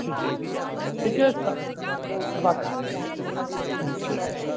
ठीके छै ठीके छह राखह हुँ ठीक छै